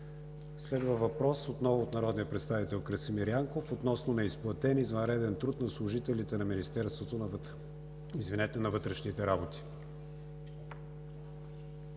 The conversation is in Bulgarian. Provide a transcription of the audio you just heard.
Следва въпрос отново от народния представител Красимир Янков относно неизплатен извънреден труд на служителите на Министерството на вътрешните работи.